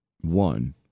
One